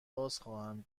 بازخواهم